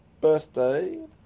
birthday